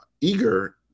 eager